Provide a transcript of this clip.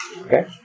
Okay